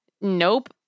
Nope